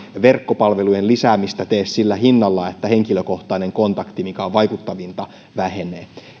verkkopalvelujen lisäämistä tee sillä hinnalla että henkilökohtainen kontakti mikä on vaikuttavinta vähenee